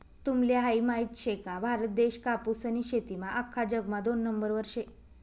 तुम्हले हायी माहित शे का, भारत देश कापूसनी शेतीमा आख्खा जगमा दोन नंबरवर शे